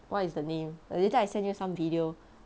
what is the name later I send you some video